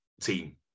team